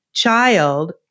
child